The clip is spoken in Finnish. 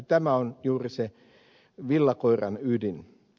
tämä on juuri se villakoiran ydin